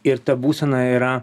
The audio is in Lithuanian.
ir ta būsena yra